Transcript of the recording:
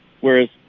Whereas